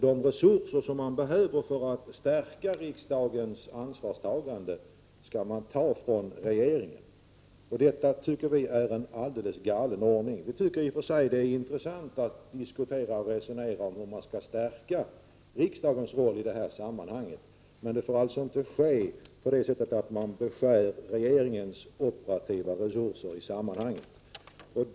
De resurser som man behöver för att stärka riksdagens ansvarstagande skall tas från regeringen. Detta tycker vi socialdemokrater är en alldeles galen ordning. Vi tycker i och för sig att det är intressant att diskutera och resonera om hur man skall stärka riksdagens roll i detta sammanhang. Men det får inte ske så att man beskär regeringens operativa resurser i sammanhanget.